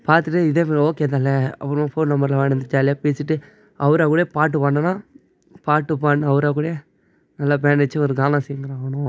பார்த்துட்டு இதேமாதிரி ஓகே தலை அப்புறமா ஃபோன் நம்பர் எல்லாம் வாங்கிட்டு வந்துவிட்டு ஜாலியாக பேசிவிட்டு அவர் அவரே பாட்டு பாட்னோன்னா பாட்டு பாட்ன்னா அவரா கூடையே நல்லா பேண்ட் வச்சு ஒரு கானா சிங்கர் ஆகணும்